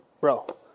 bro